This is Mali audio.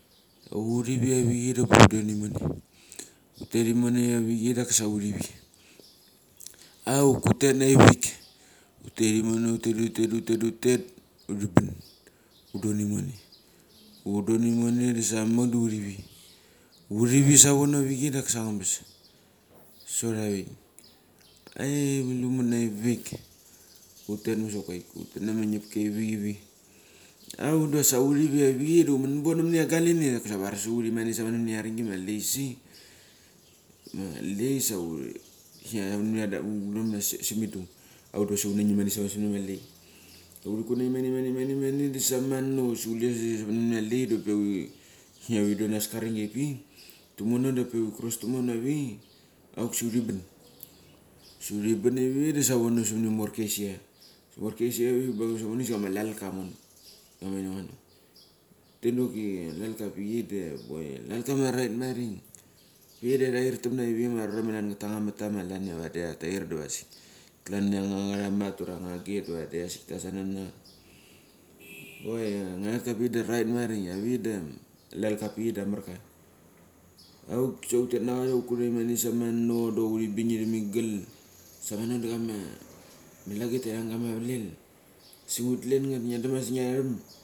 Hurivi avichei da hupe hudon ione, hutek imone avechichei daki sa hurivi. Auk hutet naivik, hutet imono hutet da hutek da hutet. Huri ban i hudon imone, hudon imone da samak dau hurivi hurivi savona avichei da kis angabas sotavik. Ai ngilu ma nai vik hutet mosok quaiku hutetnama ngipki aivikiui. Auk da sa huri aivichei da human bono minia agalini da kisa varsu hut imane samano minia aringi ma leisi kisnia tara manminia, Auk diva asik hutngangi imane sama lei, huri kutna imane imane da sa mano sa kule lei kisnia hudonas karing giapichei tumonoda pe hiri kros tumono avichei auk sa huri ban. Sa huri bang avichei da savono mini morka sia. Morka esia avik bangimone samone sa ama lalka mone. Hutet dok lalka apichei da boy lalka ma nait marik. Ma arura ma klan ia angarat ura ngara akit vadik tasannang oi ngara lalka apik da rait marik. Avik dam lalka pik da marka. Auksa hutet na cha sa huguna imene samono dok huri bingirem igel samano da kama malakit teirang kama lel sa huten ngat ngidram ia asik ngiaram.